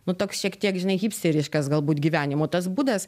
nu toks šiek tiek žinai hipsteriškas galbūt gyvenimo tas būdas